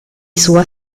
sua